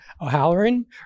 O'Halloran